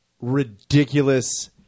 ridiculous